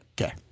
Okay